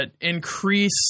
increase